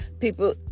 people